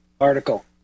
article